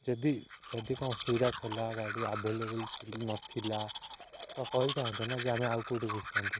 ଯଦି ଯଦି କ'ଣ ଅସୁବିଧା ଥିଲା ଗାଡ଼ି ଆଭେଲେବଲ ନଥିଲା ତ କହିଥାନ୍ତେ ନା କିି ଆମେ ଆଉ କୋଉଠି ବୁଝିଥାନ୍ତୁ